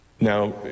Now